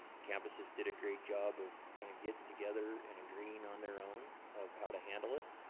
campuses did a great job of kinda getting together and agreeing on their own of how to handle it.